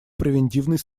превентивной